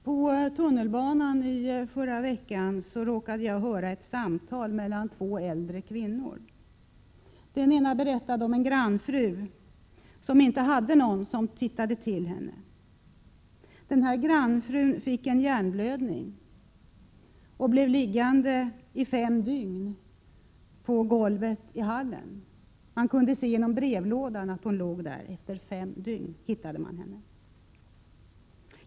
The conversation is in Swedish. På tunnelbanan förra veckan råkade jag höra ett samtal mellan två äldre kvinnor. Den ena berättade om en grannfru som inte hade någon som tittade tillsig. Grannfrun fick en hjärnblödning och blev liggande fem dygn på golvet i sin hall. Man kunde se genom brevlådan att hon låg där.